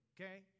okay